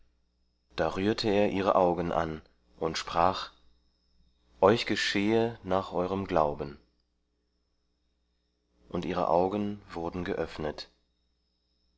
da rührte er ihre augen an und sprach euch geschehe nach eurem glauben und ihre augen wurden geöffnet